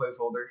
placeholder